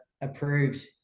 approved